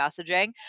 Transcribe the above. messaging